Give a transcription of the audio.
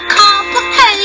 complicated